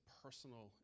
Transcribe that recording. personal